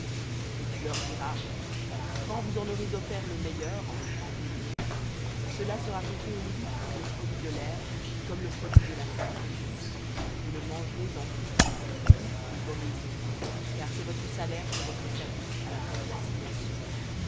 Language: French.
et tu leur diras quand vous en aurez offert le meilleur cela sera compté aux lévites comme le produit de l'aire et comme le produit de la cuve et vous le mangerez en tout lieu vous et vos maisons car c'est votre salaire pour votre service à la tente d'assignation